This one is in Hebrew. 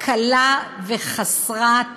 קלה וחסרת רחמים.